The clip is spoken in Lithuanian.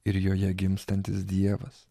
ir joje gimstantis dievas